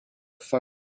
phone